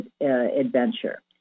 adventure